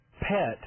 pet